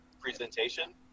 presentation